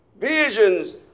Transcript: Visions